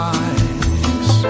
eyes